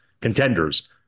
contenders